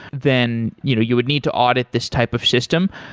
then you know you would need to audit this type of system.